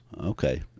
Okay